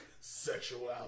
Sexuality